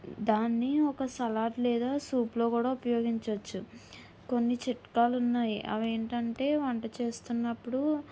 దాన్ని ఒక సలాడ్ లేదా సూప్ లో కూడా ఉపయోగించవచ్చు కొన్ని చిట్కాలు ఉన్నాయి అవి ఏంటంటే వంట చేస్తున్నప్పుడు